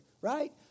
right